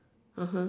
(uh huh)